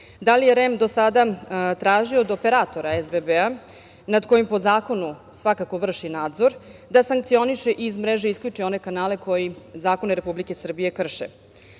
li je REM do sada tražio od operatora SBB-a, nad kojim po zakonu svakako vrši nadzor, da sankcioniše i iz mreže isključi one kanale koji zakone Republike Srbije krše? Da